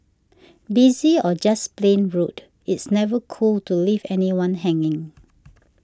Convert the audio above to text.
busy or just plain rude it's never cool to leave anyone hanging